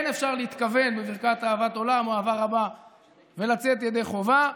כן אפשר להתכוון בברכת אהבת עולם או אהבה רבה ולצאת ידי חובה.